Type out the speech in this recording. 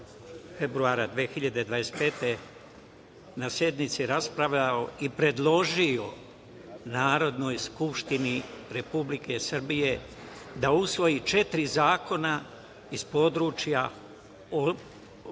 februara 2025. godine na sednici raspravljao i predložio Narodnoj skupštini Republike Srbije da usvoji četiri zakona iz područja vaspitanja